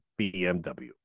BMW